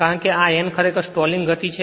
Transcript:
કારણ કે આ n ખરેખર સ્ટોલિંગ ગતિ છે